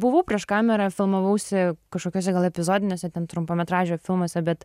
buvau prieš kamerą filmavausi kažkokiose gal epizodiniuose ten trumpametražio filmuose bet